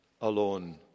alone